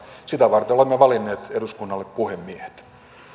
sitä varten olemme valinneet eduskunnalle puhemiehet